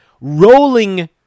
rolling